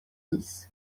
dix